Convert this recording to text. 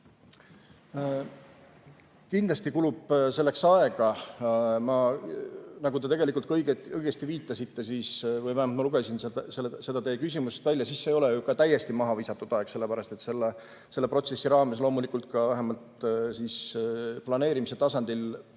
Kindlasti kulub selleks aega. Nagu te tegelikult õigesti viitasite või vähemalt ma lugesin seda teie küsimusest välja, siis see ei ole ju ka täiesti mahavisatud aeg, sellepärast et selle protsessi raames loomulikult, vähemalt planeerimise tasandil,